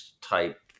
type